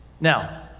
Now